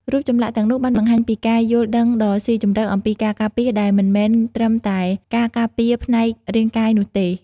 រូបចម្លាក់ទាំងនោះបានបង្ហាញពីការយល់ដឹងដ៏ស៊ីជម្រៅអំពីការការពារដែលមិនមែនត្រឹមតែការការពារផ្នែករាងកាយនោះទេ។